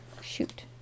Shoot